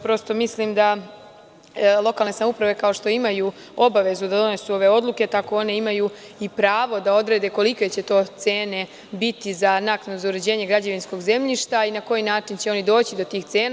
Prosto, mislim da lokalne samouprave, kao što imaju obavezu da donesu ove odluke, tako one imaju i pravo da odrede kolike će to cene biti za naknadu za uređenje građevinskog zemljišta i na koji način će oni doći do tih cena.